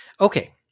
Okay